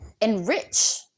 enrich